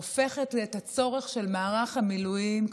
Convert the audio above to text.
הופכת את הצורך של מערך המילואים,